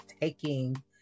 taking